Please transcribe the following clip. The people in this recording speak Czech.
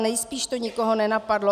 Nejspíš to nikoho nenapadlo.